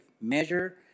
measure